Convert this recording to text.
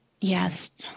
Yes